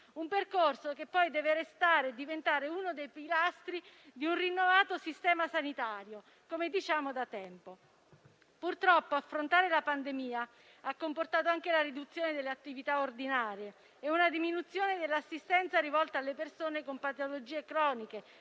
un percorso che poi deve diventare e restare uno dei pilastri di un rinnovato sistema sanitario, come diciamo da tempo. Purtroppo, affrontare la pandemia ha comportato anche la riduzione delle attività ordinarie e una diminuzione dell'assistenza rivolta alle persone con patologie croniche,